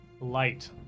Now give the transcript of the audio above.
light